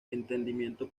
entendimiento